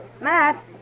Matt